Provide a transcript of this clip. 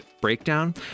Breakdown